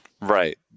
Right